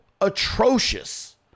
atrocious